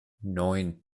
neun